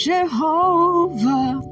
Jehovah